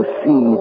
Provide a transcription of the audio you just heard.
see